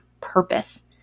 purpose